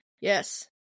yes